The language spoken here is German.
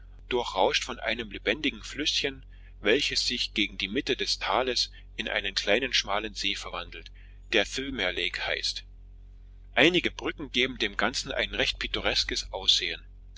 durchrauscht von einem lebendigen flüßchen welches sich gegen die mitte des tales in einen kleinen schmalen see verwandelt der thirlmere lake heißt einige brücken geben dem ganzen ein recht pittoreskes